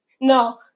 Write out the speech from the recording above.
No